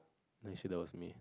actually that was me